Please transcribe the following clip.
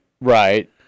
Right